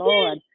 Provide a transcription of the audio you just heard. Lord